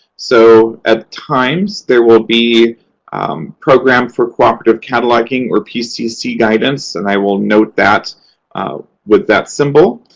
so, at times, there will be program for cooperative cataloging, or pcc, guidance, and i will note that with that symbol.